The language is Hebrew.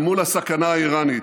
אל מול הסכנה האיראנית,